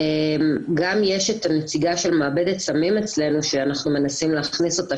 יש גם את הנציגה של מעבדת סמים אצלנו שאנחנו מנסים להכניס אותה,